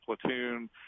platoon